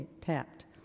tapped